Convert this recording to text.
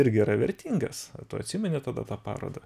irgi yra vertingas tu atsimeni tada tą parodą